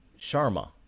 Sharma